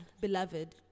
beloved